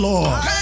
Lord